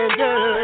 girl